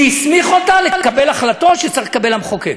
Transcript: מי הסמיך אותה לקבל החלטות שצריך לקבל המחוקק?